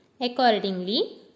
Accordingly